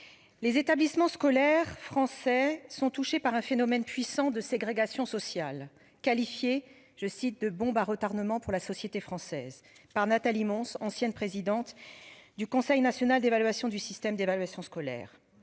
Les établissements scolaires français sont touchés par un phénomène puissant de ségrégation sociale qualifié je cite de bombe à retardement pour la société française par Nathalie Mons ancienne présidente. Du Conseil national d'évaluation du système d'évaluation scolaire